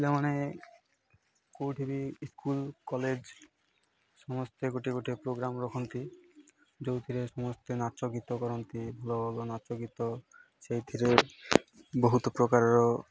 ପିଲାମାନେ କେଉଁଠି ବି ସ୍କୁଲ୍ କଲେଜ୍ ସମସ୍ତେ ଗୋଟଏ ଗୋଟଏ ପ୍ରୋଗ୍ରାମ୍ ରଖନ୍ତି ଯେଉଁଥିରେ ସମସ୍ତେ ନାଚ ଗୀତ କରନ୍ତି ଭଲ ଭଲ ନାଚ ଗୀତ ସେଇଥିରେ ବହୁତ ପ୍ରକାରର